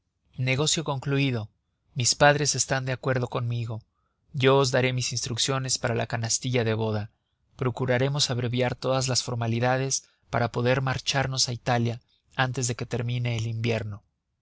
negocio concluido mis padres están de acuerdo conmigo ya os daré mis instrucciones para la canastilla de boda procuremos abreviar todas las formalidades para poder marcharnos a italia antes de que termine el invierno